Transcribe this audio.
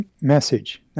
message